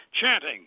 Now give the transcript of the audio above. chanting